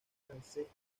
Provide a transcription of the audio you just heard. francesco